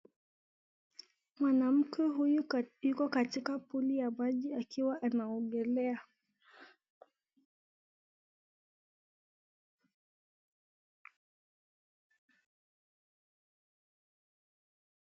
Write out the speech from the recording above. Mwanamke huyu yuko katika puli ya maji akiwa anaogelea.